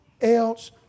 else